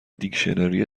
دیکشنری